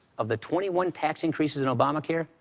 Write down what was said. of the twenty one tax increases in obamacare,